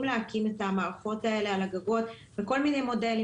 להקים את המערכות האלה על הגגות בכל מיני מודלים,